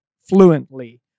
fluently